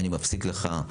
אני מפסיק לך,